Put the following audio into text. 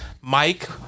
Mike